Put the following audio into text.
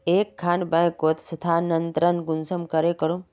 एक खान बैंकोत स्थानंतरण कुंसम करे करूम?